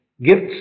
gifts